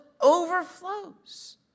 overflows